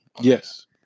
Yes